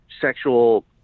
sexual